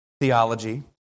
theology